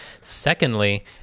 Secondly